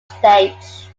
stage